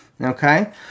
okay